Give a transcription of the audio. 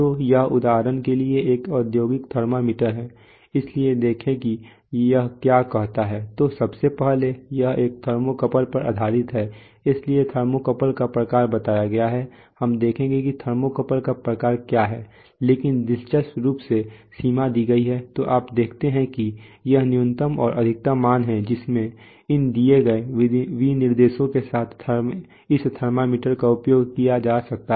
तो यह उदाहरण के लिए एक औद्योगिक थर्मामीटर है इसलिए देखें कि यह क्या कहता है तो सबसे पहले यह एक थर्मोकपल पर आधारित है इसलिए थर्मोकपल का प्रकार बताया गया है हम देखेंगे कि थर्मोकपल का प्रकार क्या है लेकिन दिलचस्प रूप से सीमा दी गई है तो आप देखते हैं कि यह न्यूनतम और अधिकतम मान है जिसमें इन दिए गए विनिर्देशों के साथ इस थर्मामीटर का उपयोग किया जा सकता है